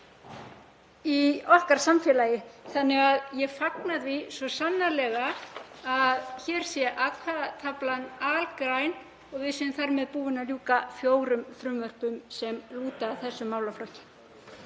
í okkar samfélagi. Ég fagna því svo sannarlega að hér sé atkvæðataflan algræn og við séum þar með búin að ljúka fjórum frumvörpum sem lúta að þessum málaflokki.